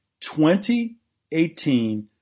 2018